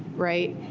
right?